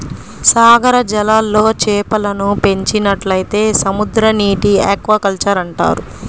సాగర జలాల్లో చేపలను పెంచినట్లయితే సముద్రనీటి ఆక్వాకల్చర్ అంటారు